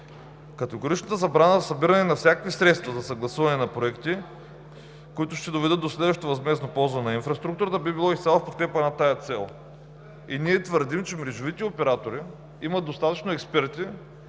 Категоричната забрана за събиране на всякакви средства за съгласуване на проекти, които ще доведат до следващото възмездно ползване на инфраструктурата, би било изцяло в подкрепа на тази цел. И ние твърдим, че мрежовите оператори имат достатъчно експерти,